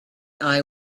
eye